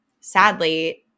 sadly